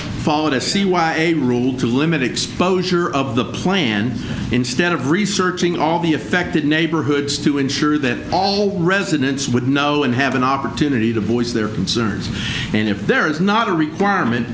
followed to see why a rule to limit exposure of the plan instead of researching all the affected neighborhoods to ensure that all residents would know and have an opportunity to voice their concerns and if there is not a requirement